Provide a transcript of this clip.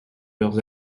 leurs